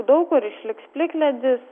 daug kur išliks plikledis